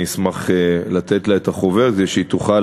אני אשמח לתת לה את החוברת כדי שהיא תוכל